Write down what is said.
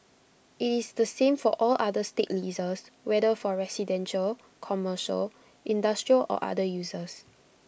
IT is the same for all other state leases whether for residential commercial industrial or other uses